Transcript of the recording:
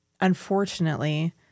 unfortunately